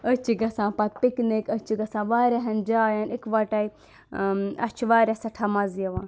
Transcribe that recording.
أسۍ چھِ گژھان پَتہٕ پِکنِک أسۍ چھِ گژھان واریَہَن جایَن اِکوَٹَے اَسہِ چھِ واریاہ سؠٹھاہ مَزٕ یِوان